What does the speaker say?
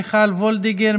מיכל וולדיגר,